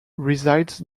resides